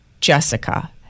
Jessica